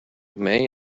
may